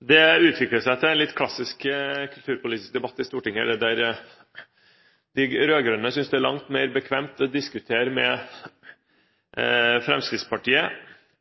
Det har utviklet seg til en litt klassisk kulturpolitisk debatt i Stortinget, der de rød-grønne synes det er langt mer bekvemt å diskutere med Fremskrittspartiet